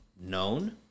known